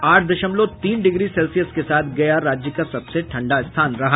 आठ दशमलव तीन डिग्री सेल्सियस के साथ गया राज्य का सबसे ठंडा स्थान रहा